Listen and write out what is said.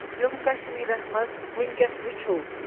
جموں کشمیٖرَس مَنٛز وٕنکیٚس وُچھو